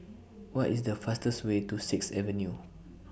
What IS The fastest Way to Sixth Avenue